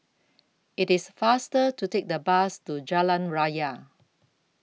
IT IS faster to Take The Bus to Jalan Raya